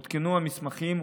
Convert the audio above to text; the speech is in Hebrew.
עודכנו מסמכים,